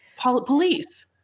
Police